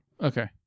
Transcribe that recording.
Okay